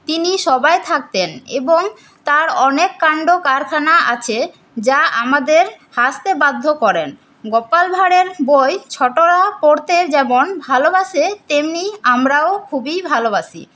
তিনি সভায় থাকতেন এবং তার অনেক কান্ডকারখানা আছে যা আমাদের হাসতে বাধ্য করে গোপাল ভাঁড়ের বই ছোটরা পড়তে যেমন ভালোবাসে তেমনি আমরাও খুবই ভালোবাসি